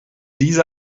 diese